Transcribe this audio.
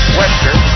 western